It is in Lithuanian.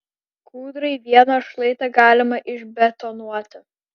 kūdrai vieną šlaitą galima išbetonuoti